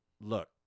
look